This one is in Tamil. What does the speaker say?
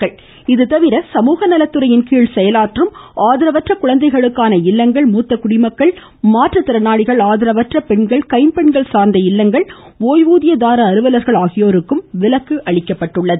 கொரோனாட உள்துறைடஅமைச்சகம்டதொடர்ச்சி இதுதவிர சமூக நலத்துறையின் கீழ் செயலாற்றும் ஆதரவற்ற குழந்தைகளுக்கான இல்லங்கள் மூத்த குடிமக்கள் மாற்றுத்திறனாளிகள் ஆதரவற்ற பெண்கள் கைம்பெண்கள் சார்ந்த இல்லங்கள் ஓய்வூதியதார அலுவலா்கள் ஆகியோருக்கும் விலக்கு அளிக்கப்பட்டுள்ளது